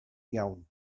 iawn